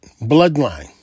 bloodline